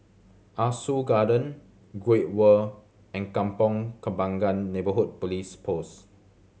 Ah Soo Garden Great World and Kampong Kembangan Neighbourhood Police Post